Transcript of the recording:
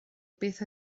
beth